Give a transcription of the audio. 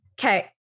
Okay